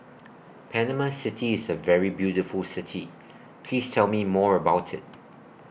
Panama City IS A very beautiful City Please Tell Me More about IT